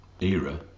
era